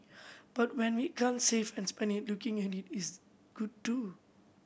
but when we can't save and spend it looking at it is good too